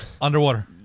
underwater